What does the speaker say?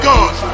God